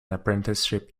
apprenticeship